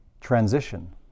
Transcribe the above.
transition